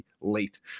late